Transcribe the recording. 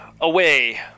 away